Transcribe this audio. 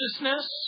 righteousness